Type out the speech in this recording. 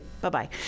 Bye-bye